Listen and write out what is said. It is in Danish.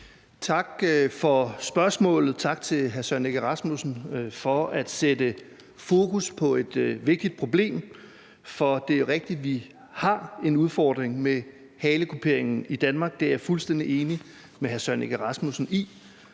Tak for spørgsmålet. Tak til hr. Søren Egge Rasmussen for at sætte fokus på et vigtigt problem, for det er rigtigt, at vi har en udfordring med halekuperingen i Danmark. Det er jeg fuldstændig enig med hr. Søren Egge Rasmussen i,